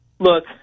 Look